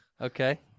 Okay